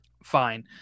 fine